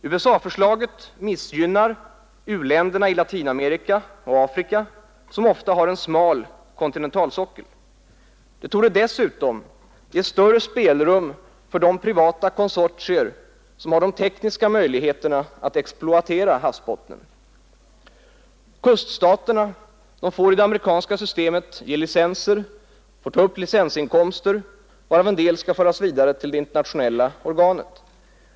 USA-förslaget missgynnar u-länderna i Latinamerika och Afrika, som ofta har en smal kontinentalsockel. Det torde dessutom ge större spelrum för de privata konsortier som har de tekniska möjligheterna att exploatera havsbottnen. Kuststaterna får i det amerikanska systemet ge licenser och ta upp licensinkomster varav en del skall föras vidare till det internationella organet.